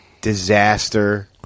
disaster